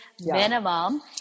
minimum